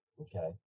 Okay